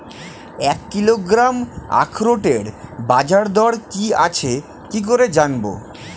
এক কিলোগ্রাম আখরোটের বাজারদর কি আছে কি করে জানবো?